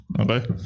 Okay